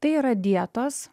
tai yra dietos